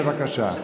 בבקשה.